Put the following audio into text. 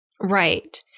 Right